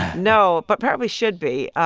no, but probably should be.